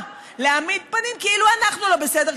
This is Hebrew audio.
להעמיד פנים כאילו אנחנו לא בסדר,